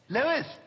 Lewis